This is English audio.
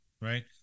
right